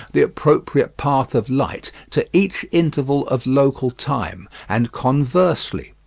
the appropriate path of light, to each interval of local time, and conversely.